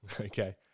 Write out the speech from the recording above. Okay